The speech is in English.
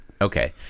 okay